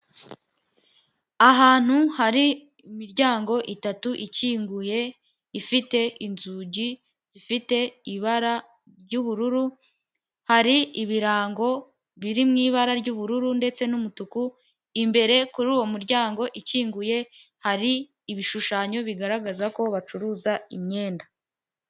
Ahantu hari imiryango itatu ikinguye ifite inzugi zifite ibara ry'ubururu hari ibirango biri mu ibara ry'ubururu ndetse n'umutuku imbere kuri uwo muryango ikinguye, hari ibishushanyo bigaragaza ko bacuruza imyenda.